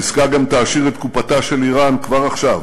העסקה גם תעשיר את קופתה של איראן כבר עכשיו